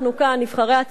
נבחרי הציבור,